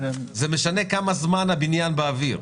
זה משנה כמה זמן הבניין באוויר.